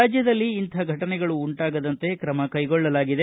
ರಾಜ್ಯದಲ್ಲಿ ಇಂತಹ ಫಟನೆಗಳು ಉಂಟಾಗದಂತೆ ಕ್ರಮ ಕೈಗೊಳ್ಳಲಾಗಿದೆ